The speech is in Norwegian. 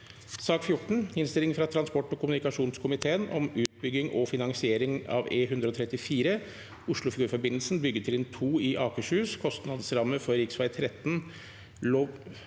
mai 2024 Innstilling fra transport- og kommunikasjonskomiteen om Utbygging og finansiering av E134 Oslofjordforbindelsen byggetrinn 2 i Akershus, kostnadsramme for rv. 13